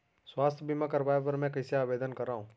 स्वास्थ्य बीमा करवाय बर मैं कइसे आवेदन करव?